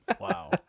Wow